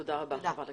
תודה רבה ח"כ סאלח.